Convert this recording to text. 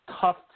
tough